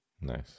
nice